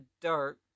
dirt